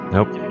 Nope